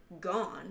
gone